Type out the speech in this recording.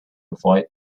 avoid